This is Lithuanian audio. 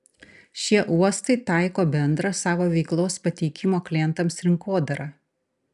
šie uostai taiko bendrą savo veiklos pateikimo klientams rinkodarą